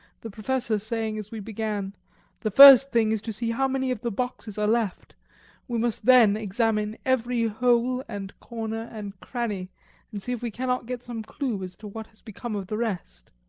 the professor saying as we began the first thing is to see how many of the boxes are left we must then examine every hole and corner and cranny and see if we cannot get some clue as to what has become of the rest.